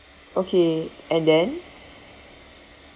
okay and then